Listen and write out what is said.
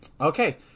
Okay